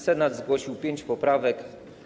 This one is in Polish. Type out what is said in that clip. Senat zgłosił pięć poprawek.